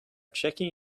checking